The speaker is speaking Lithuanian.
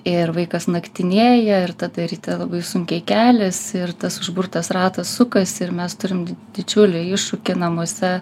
ir vaikas naktinėja ir tad ryte labai sunkiai keliasi ir tas užburtas ratas sukasi ir mes turim didžiulį iššūkį namuose